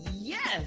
Yes